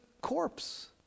corpse